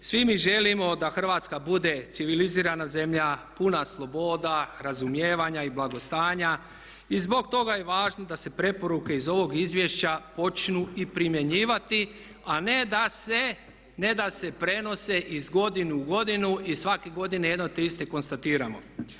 Svi mi želimo da Hrvatska bude civilizirana zemlja, puna sloboda, razumijevanja i blagostanja i zbog toga je važno da se preporuke iz ovog izvješća počnu i primjenjivati a ne da se prenose iz godine u godinu i svake godine jedno te isto konstatiramo.